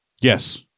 Yes